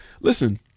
listen